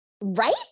Right